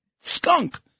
skunk